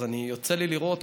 אז יוצא לי לראות